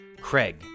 Craig